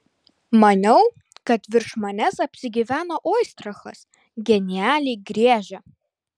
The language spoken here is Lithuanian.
maniau kad virš manęs apsigyveno oistrachas genialiai griežia